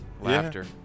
laughter